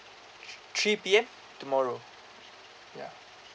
th~ three P_M tomorrow ya